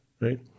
right